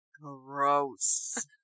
gross